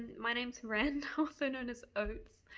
my name's ren, also known as oats.